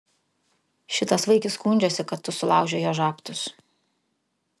šitas vaikis skundžiasi kad tu sulaužei jo žabtus